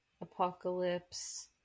Apocalypse